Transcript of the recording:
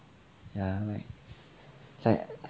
ya like like